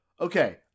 Okay